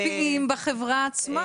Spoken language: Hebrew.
באמצעות האנשים המשפיעים בחברה עצמה.